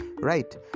right